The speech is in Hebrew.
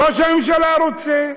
ראש הממשלה רוצה.